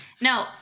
no